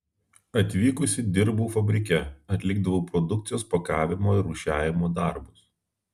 atvykusi dirbau fabrike atlikdavau produkcijos pakavimo ir rūšiavimo darbus